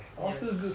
yes